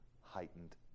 heightened